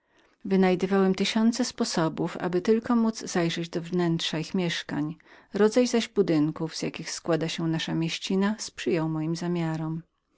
wynajdowałem tysiące sposobów aby tylko módz zajrzeć wewnątrz ich mieszkań cienkie zaś budowy z jakich składała się nasza mieścina sprzyjały moim zamiarom